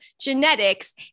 genetics